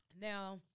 Now